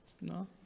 No